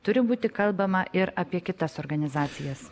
turi būti kalbama ir apie kitas organizacijas